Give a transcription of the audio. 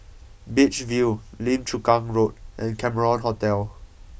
Beach View Lim Chu Kang Road and Cameron Hotel